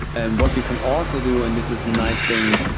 and what you can also do, and this is a nice thing,